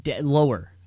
lower